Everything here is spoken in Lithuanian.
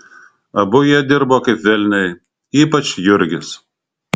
abu jie dirbo kaip velniai ypač jurgis